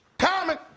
common.